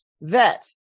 vet